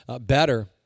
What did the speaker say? better